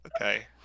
okay